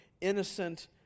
innocent